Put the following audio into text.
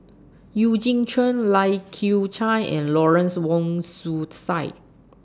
Eugene Chen Lai Kew Chai and Lawrence Wong Shyun Tsai